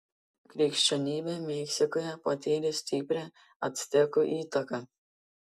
krikščionybė meksikoje patyrė stiprią actekų įtaką